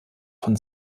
von